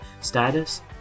status